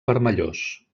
vermellós